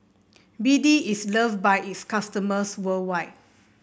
B D is loved by its customers worldwide